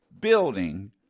building